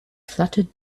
fluttered